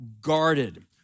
guarded